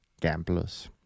gamblers